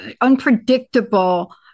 unpredictable